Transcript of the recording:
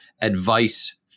advice